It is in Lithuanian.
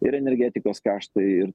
ir energetikos kaštai ir